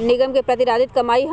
निगम के प्रतिधारित कमाई